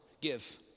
give